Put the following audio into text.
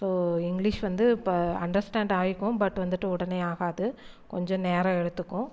so English வந்து இப்போ understand ஆகிக்கும் பட் வந்துட்டு உடனே ஆகாது கொஞ்சம் நேரம் எடுத்துக்கும்